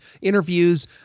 interviews